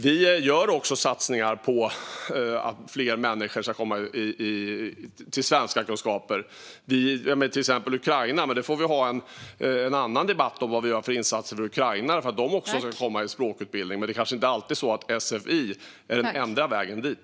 Vi gör också fler satsningar på att fler människor ska komma till svenskakunskaper. Det gäller till exempel människor från Ukraina. Det får vi ha en annan debatt om. Det handlar om vad vi gör för insatser för ukrainare för att de också ska komma till språkutbildning. Det kanske inte alltid är så att sfi är den enda vägen dit.